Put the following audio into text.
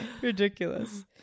ridiculous